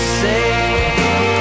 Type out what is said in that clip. say